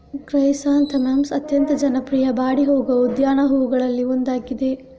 chrysanthemums ಅತ್ಯಂತ ಜನಪ್ರಿಯ ಬಾಡಿ ಹೋಗುವ ಉದ್ಯಾನ ಹೂವುಗಳಲ್ಲಿ ಒಂದಾಗಿದೆ